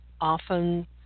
often